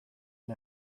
and